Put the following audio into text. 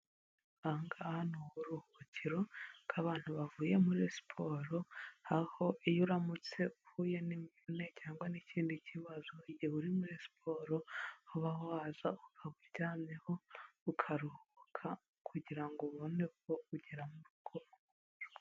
Aha ngaha ni uburuhukiro bw'abantu bavuye muri siporo, aho iyo uramutse uhuye n'imvune cyangwa n'ikindi kibazo igihe uri muri siporo, uba waza ukaba uryamyeho, ukaruhuka kugira ngo ubone uko ugera mu rugo...